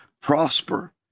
prosper